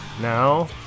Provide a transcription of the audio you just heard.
Now